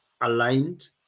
aligned